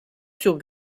sur